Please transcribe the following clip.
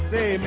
Say